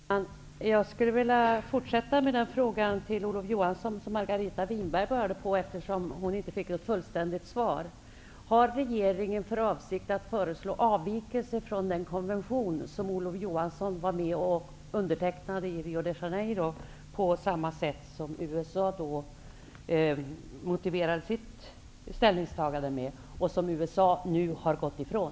Herr talman! Jag skulle vilja fortsätta med den fråga som Margareta Winberg tog upp och ställde till Olof Johannsson, eftersom hon aldrig fick något fullständigt svar. Har regeringen för avsikt att föreslå avikelser från den konvention som Olof Johansson var med och undertecknade i Rio de Janeiro med samma motivering för sitt ställningstagande som USA hade, vilket USA nu har gått ifrån?